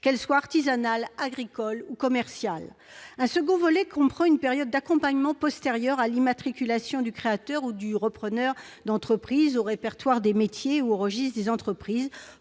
qu'elle soit artisanale, agricole ou commerciale. Un second volet comprend une période d'accompagnement, postérieure à l'immatriculation du créateur ou du repreneur d'entreprise au répertoire des métiers ou au registre des entreprises